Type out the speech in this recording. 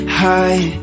high